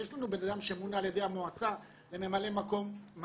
יש לנו בן אדם שמונה על ידי המועצה לממלא מקום מנכ"ל.